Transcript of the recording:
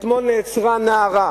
אתמול נעצרה נערה